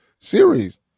series